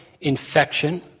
infection